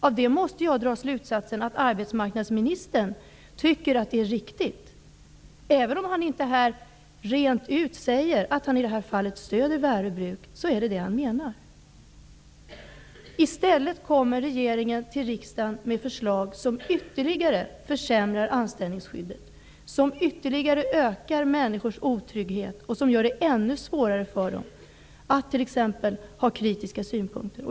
Av det måste jag dra slutsatsen att arbetsmarknadsministern tycker att det är riktigt. Även om han inte här rent ut säger att han i det här fallet stöder Värö bruk, är det det han menar. I stället kommer regeringen till riksdagen med förslag som ytterligare försämrar anställningsskyddet, som ytterligare ökar människors otrygghet och som gör det ännu svårare för dem att t.ex. ha kritiska synpunkter.